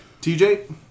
TJ